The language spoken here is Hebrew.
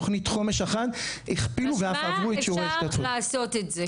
תוכנית חומש אחת הכפילו ואף עברו את שיעור ההשתתפות.